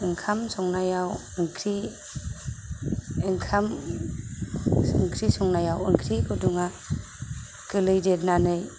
ओंखाम संनायाव ओंख्रि ओंखाम ओंख्रि संनायाव ओंख्रि गुदुंआ गोलै देरनानै